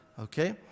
Okay